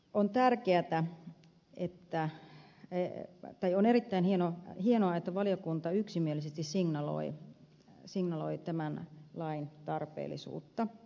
on erittäin hienoa että valiokunta yksimielisesti signaloi tämän lain tarpeellisuutta